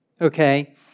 okay